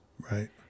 Right